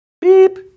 beep